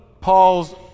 Paul's